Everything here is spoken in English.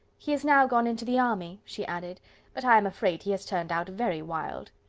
he is now gone into the army, she added but i am afraid he has turned out very wild.